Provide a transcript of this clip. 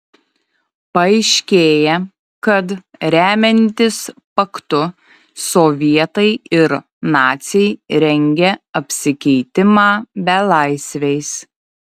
paaiškėja kad remiantis paktu sovietai ir naciai rengia apsikeitimą belaisviais